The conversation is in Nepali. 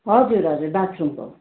हजुर हजुर बाथरूमको